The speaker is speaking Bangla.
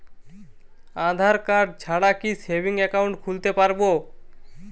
আধারকার্ড ছাড়া কি সেভিংস একাউন্ট খুলতে পারব?